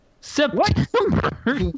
September